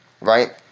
right